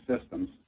systems